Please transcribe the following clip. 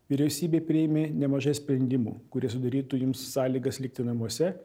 vyriausybė priėmė nemažai sprendimų kurie sudarytų jums sąlygas likti namuose